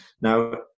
Now